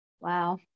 wow